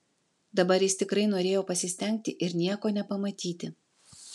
dabar jis tikrai norėjo pasistengti ir nieko nepamatyti